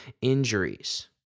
injuries